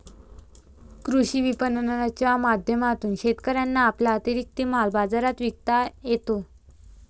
कृषी विपणनाच्या माध्यमातून शेतकऱ्यांना आपला अतिरिक्त माल बाजारात विकता येतो